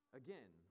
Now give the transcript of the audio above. again